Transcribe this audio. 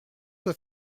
sois